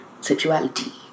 sexuality